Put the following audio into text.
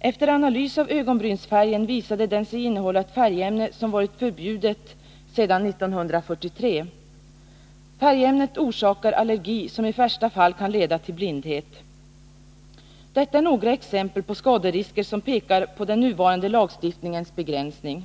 En analys av ögonbrynsfärgen visade att den innehöll ett färgämne som har varit förbjudet sedan 1943. Färgämnet orsakar allergi som i värsta fall kan leda till blindhet. Detta är några exempel på skaderisker som pekar på den nuvarande lagstiftningens begränsning.